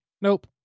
Nope